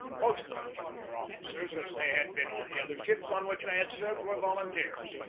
most of the junior officers, as they had been on the other ships on which i had served, were volun teers.